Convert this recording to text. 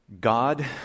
God